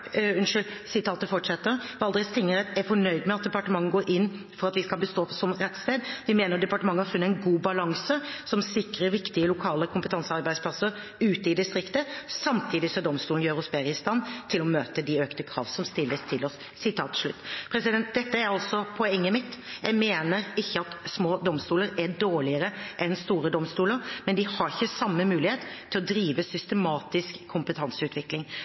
departementet har funnet en god balanse som sikrer viktige lokale kompetansearbeidsplasser ute i distriktet, samtidig som domstolen gjøres bedre i stand til å møte de økte krav som stilles til oss.» Dette er poenget mitt. Jeg mener ikke at små domstoler er dårligere enn store domstoler, men de har ikke samme mulighet til å drive systematisk kompetanseutvikling.